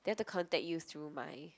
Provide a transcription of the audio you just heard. they had to contact you through my